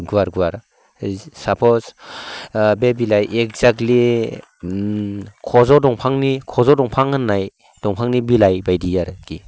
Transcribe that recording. गुवार गुवार सापज बे बिलाइ एकजाक्टलि खज' दंफांनि खज' दंफां होननाय दंफांनि बिलाइ बायदि आरोखि